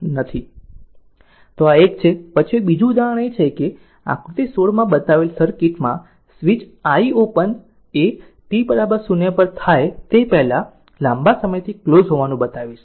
તો આ 1 છે પછી બીજું એક બીજું ઉદાહરણ એ છે કે આકૃતિ 16 માં બતાવેલ સર્કિટ માં સ્વિચ i ઓપન t 0 થાય તે પહેલાં લાંબા સમયથી ક્લોઝ હોવાનું બતાવીશ